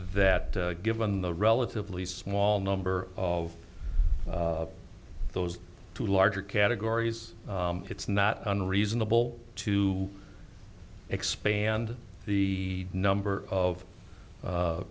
that given the relatively small number of those two larger categories it's not unreasonable to expand the number of